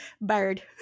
Bird